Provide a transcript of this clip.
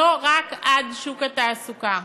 לא רק עד שוק התעסוקה.